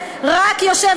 שנה.